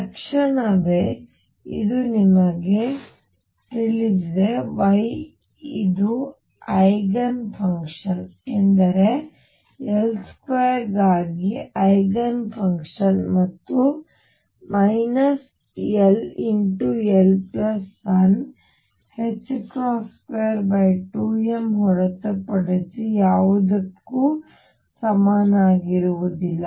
ತಕ್ಷಣವೇ ಇದು ನಿಮಗೆ ತಿಳಿದಿದೆ Y ಇದು ಐಗನ್ ಫಂಕ್ಷನ್ ಎಂದರೆ L2 ಗಾಗಿ ಐಗನ್ ಫಂಕ್ಷನ್ ಮತ್ತು ll122m ಹೊರತುಪಡಿಸಿ ಯಾವುದಕ್ಕೂ ಸಮನಾಗಿರುವುದಿಲ್ಲ